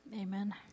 Amen